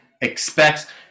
expects